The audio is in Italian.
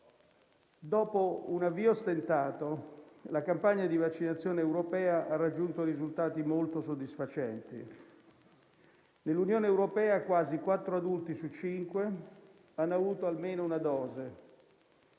Dopo un avvio stentato, la campagna di vaccinazione europea ha raggiunto risultati molto soddisfacenti. Nell'Unione europea quasi quattro adulti su cinque hanno ricevuto almeno una dose,